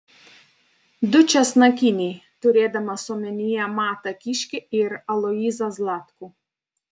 du česnakiniai turėdamas omenyje matą kiškį ir aloyzą zlatkų